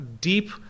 deep